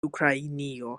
ukrainio